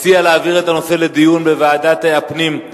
השר הציע להעביר את הנושא לדיון בוועדת הפנים.